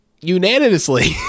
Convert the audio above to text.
Unanimously